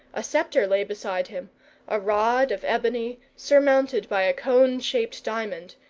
a sceptre lay beside him a rod of ebony, surmounted by a cone-shaped diamond,